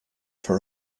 for